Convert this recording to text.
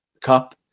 Cup